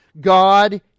God